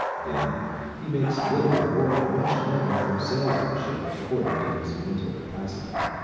then he makes little or much money from salesmanship, according to his mental capacity.